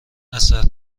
اثر